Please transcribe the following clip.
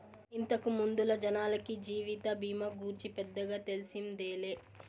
ఇంతకు ముందల జనాలకి జీవిత బీమా గూర్చి పెద్దగా తెల్సిందేలే